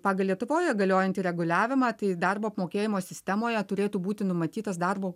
pagal lietuvoje galiojantį reguliavimą tai darbo apmokėjimo sistemoje turėtų būti numatytas darbo